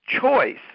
choice